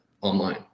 online